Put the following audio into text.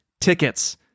tickets